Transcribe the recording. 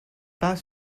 pas